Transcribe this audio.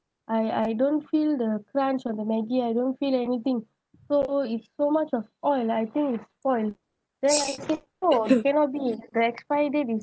I I don't feel the crunch on the maggie I don't feel anything so it's so much of oil I think it's spoiled then I say no cannot be the expire date is